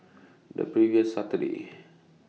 The previous Saturday